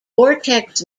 vortex